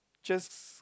just